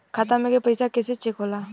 खाता में के पैसा कैसे चेक होला?